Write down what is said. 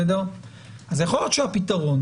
יכול להיות שהפתרון